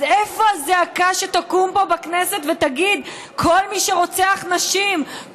אז איפה הזעקה שתקום פה בכנסת ותגיד: כל מי שרוצח נשים,